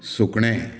सुकणें